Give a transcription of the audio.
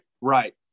right